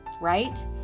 right